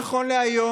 נכון להיום,